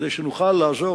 כדי שנוכל לעזור,